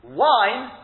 wine